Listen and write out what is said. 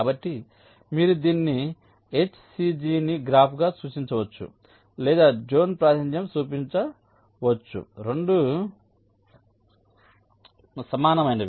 కాబట్టి మీరు దీన్ని హెచ్సిజిని గ్రాఫ్గా సూచించవచ్చు లేదా జోన్ ప్రాతినిధ్యంగా చూపించవచ్చు రెండూ సమానమైనవి